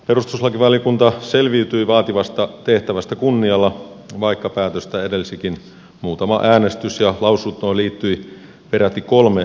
perustuslakivaliokunta selviytyi vaativasta tehtävästä kunnialla vaikka päätöstä edelsikin muutama äänestys ja lausuntoon liittyi peräti kolme eriävää mielipidettä